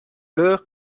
l’heure